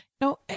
No